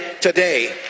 today